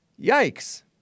Yikes